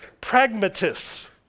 pragmatists